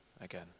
again